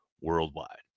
worldwide